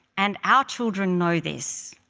and our children know this,